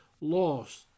lost